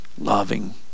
loving